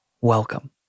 welcome